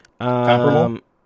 comparable